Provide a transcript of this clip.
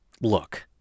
Look